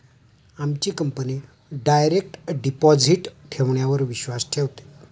आमची company direct deposit ठेवण्यावर विश्वास ठेवते